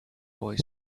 boy